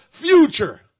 future